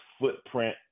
footprint